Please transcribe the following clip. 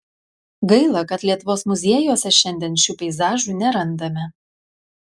gaila kad lietuvos muziejuose šiandien šių peizažų nerandame